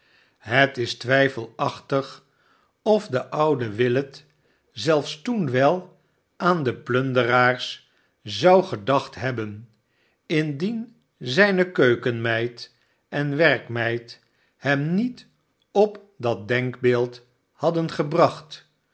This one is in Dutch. het is twijfelachtig of de oude willet zelfs toen wel aan de plunderaars zou gedacht hebben indien zijne keukenmeid en werkmeid hem met op dat denkbeeld hadden gebracht